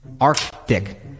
Arctic